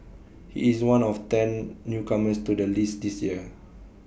he is one of ten newcomers to the list this year